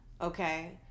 Okay